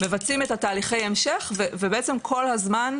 מבצעים את תהליכי ההמשך ובעצם כל הזמן,